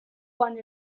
quan